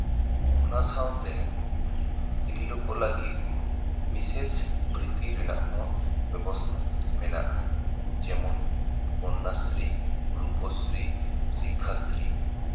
ᱚᱱᱟ ᱥᱟᱶᱛᱮ ᱛᱤᱨᱞᱟᱹ ᱠᱚ ᱞᱟᱹᱜᱤᱫ ᱵᱤᱥᱮᱥ ᱵᱨᱤᱛᱛᱤ ᱨᱮᱱᱟᱜ ᱦᱚᱸ ᱵᱮᱵᱚᱥᱛᱷᱟ ᱢᱮᱱᱟᱜᱼᱟ ᱡᱮᱢᱚᱱ ᱠᱚᱱᱱᱟᱥᱤᱨᱤ ᱨᱩᱯᱚᱥᱨᱤ ᱥᱤᱠᱠᱷᱟᱥᱨᱤ